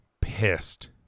pissed